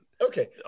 Okay